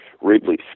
Ridley